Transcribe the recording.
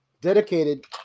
dedicated